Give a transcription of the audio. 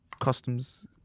customs